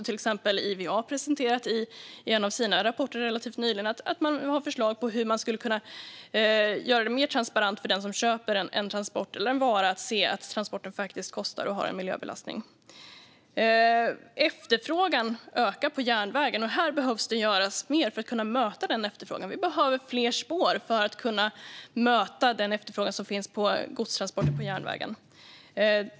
Till exempel IVA har i en av sina rapporter relativt nyligen presenterat förslag om hur man skulle kunna göra det mer transparent för den som köper en transport eller en vara, så att man faktiskt ser att transporten kostar och har en miljöbelastning. Efterfrågan ökar på järnvägen, och det behöver göras mer för att vi ska kunna möta den efterfrågan. Vi behöver fler spår för att kunna möta den efterfrågan på godstransporter på järnväg som finns.